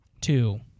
Two